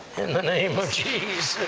in the name of jesus!